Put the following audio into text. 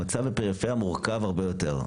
מצב הפריפריה מורכב הרבה יותר,